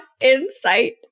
insight